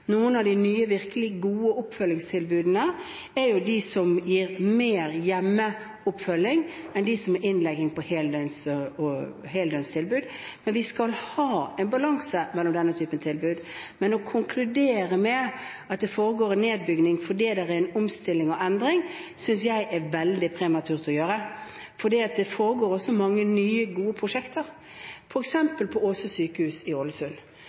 Noen av de nye, virkelig gode oppfølgingstilbudene er de som gir mer oppfølging hjemme, sett opp mot heldøgnstilbud. Men det skal være en balanse mellom disse typene tilbud. Å konkludere med at det foregår en nedbygging fordi det er omstilling og endring, synes jeg er veldig prematurt, for det er også mange nye, gode prosjekter, f.eks. ved pasienthotellet Åse i Ålesund,